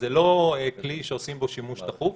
זה לא כלי שעושים בו שימוש תכוף.